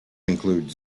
include